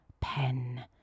pen